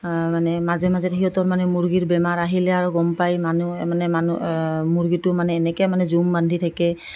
মানে মাজে মাজে সিহঁতৰ মানে মুৰ্গীৰ বেমাৰ আহিলে আৰু গম পাই মানুহ মানে মানুহ মুৰ্গীটো মানে এনেকৈ মানে জুম বান্ধি থাকে